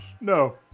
No